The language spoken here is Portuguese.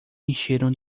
encheram